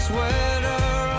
Sweater